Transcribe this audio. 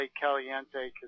Caliente